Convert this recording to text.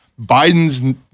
Biden's